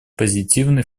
позитивный